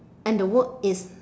and the work is